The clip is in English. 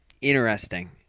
Interesting